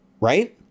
Right